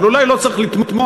אבל אולי לא צריך לתמוה,